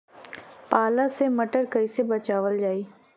पाला से मटर कईसे बचावल जाई?